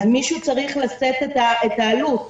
מישהו צריך לשאת בעלות.